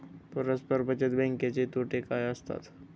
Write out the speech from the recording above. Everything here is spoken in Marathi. परस्पर बचत बँकेचे तोटे काय असतात?